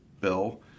bill